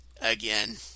again